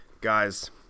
guys